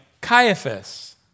Caiaphas